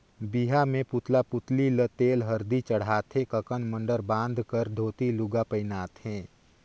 बिहा मे पुतला पुतली ल तेल हरदी चढ़ाथे ककन मडंर बांध कर धोती लूगा पहिनाथें